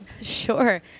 Sure